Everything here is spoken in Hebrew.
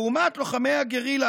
לעומת לוחמי הגרילה,